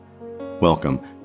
Welcome